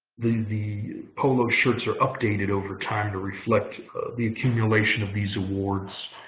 the the polo shirts are updated over time to reflect the accumulation of these awards.